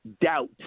doubt